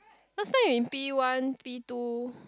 last time in P one P two